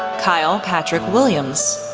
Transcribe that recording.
kyle patrick williams,